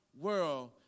world